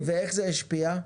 ואיך זה השפיע?